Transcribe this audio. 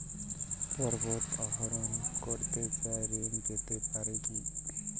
পর্বত আরোহণ করতে চাই ঋণ পেতে পারে কি?